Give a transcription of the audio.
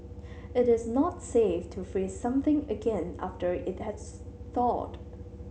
it is not safe to freeze something again after it has thawed